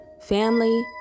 family